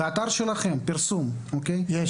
באתר שלו, יהיה פרסום --- יש.